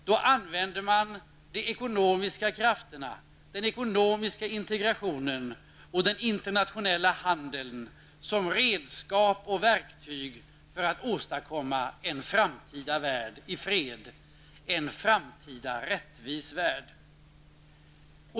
Då använde man de ekonomiska krafterna, den ekonomiska integrationen och den internationella handeln som redskap och verktyg för att åstadkomma en framtida värld i fred och en framtida rättvis värld.